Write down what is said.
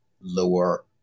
lower